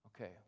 Okay